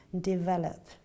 develop